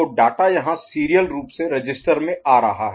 तो डाटा यहाँ सीरियल रूप से रजिस्टर में आ रहा है